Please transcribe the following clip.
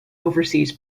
overseas